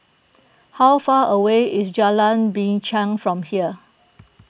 how far away is Jalan Binchang from here